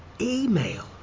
email